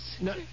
No